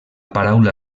paraula